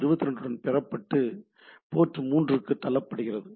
ஐ 22 உடன் பெறப்பட்டு போர்ட் 3 க்கு தள்ளப்படுகிறது